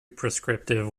prescriptive